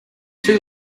two